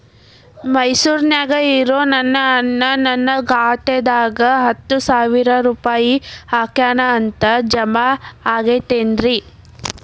ಮೈಸೂರ್ ನ್ಯಾಗ್ ಇರೋ ನನ್ನ ಅಣ್ಣ ನನ್ನ ಖಾತೆದಾಗ್ ಹತ್ತು ಸಾವಿರ ರೂಪಾಯಿ ಹಾಕ್ಯಾನ್ ಅಂತ, ಜಮಾ ಆಗೈತೇನ್ರೇ?